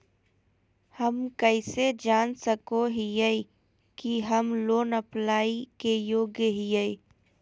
हम कइसे जान सको हियै कि हम लोन अप्लाई के योग्य हियै?